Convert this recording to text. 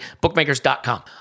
bookmakers.com